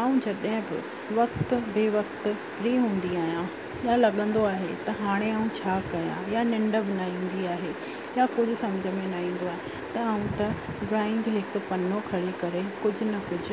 ऐं जॾहिं बि वक़्त बे वक़्त फ्री हूंदी आहियां या लॻंदो आहे त हाणे मां छा कयां या निंड बि न ईंदी आहे या कुझ सम्झ में न ईंदो आहे त मां त ड्रॉइंग ते हिकु पनो खणी करे कुझ न कुझ